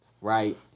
right